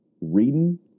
Reading